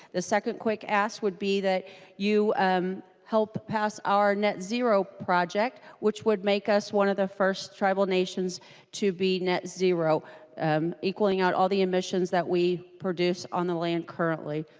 the second quick ask would be that you help pass our net zero project which would make us one of the first revelations to be net zero equally not all the emissions that we produce in um the land currently.